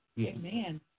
Amen